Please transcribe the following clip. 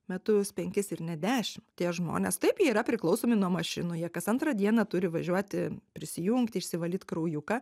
metus penkis ir net dešim tie žmonės taip yra priklausomi nuo mašinų jie kas antrą dieną turi važiuoti prisijungti išsivalyt kraujuką